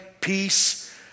peace